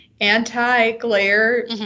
anti-glare